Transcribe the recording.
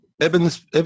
Evan's